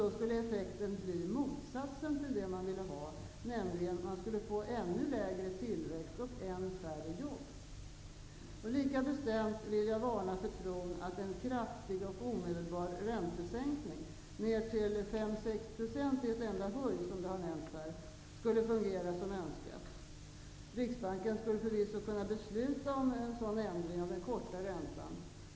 Då skulle effekten bli motsatsen till det man ville ha, nämligen ännu lägre tillväxt och än färre jobb. Lika bestämt vill jag varna för tron att en kraftig och omedelbar räntesänkning ned till 5-6 %, som har nämnts, skulle fungera som önskat. Riksbanken skulle förvisso kunna besluta om en sådan ändring av den korta räntan.